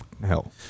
hell